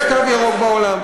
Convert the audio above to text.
יש קו ירוק בעולם,